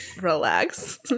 relax